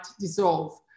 dissolve